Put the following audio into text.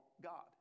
God